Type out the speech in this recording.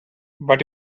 but